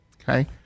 Okay